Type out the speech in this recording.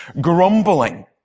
grumbling